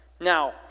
Now